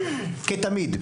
כתמיד,